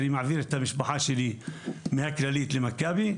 אני מעביר את המשפחה שלי מהכללית למכבי,